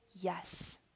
yes